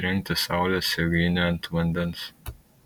įrengti saulės jėgainę ant vandens